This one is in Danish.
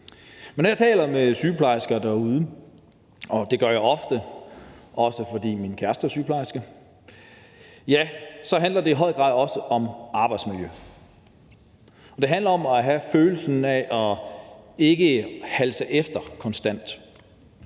Men når jeg taler med sygeplejersker derude, og det gør jeg ofte, også fordi min kæreste er sygeplejerske, så handler det i høj grad også om arbejdsmiljø. Det handler om at have følelsen af ikke konstant